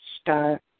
start